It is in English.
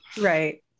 Right